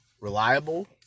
reliable